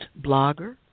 blogger